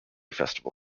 festival